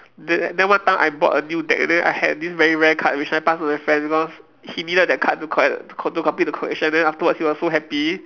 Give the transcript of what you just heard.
then then one time I bought a new deck then I had this very rare card which I passed to my friend because he needed that card to collect to co~ to complete the collection then afterwards he was so happy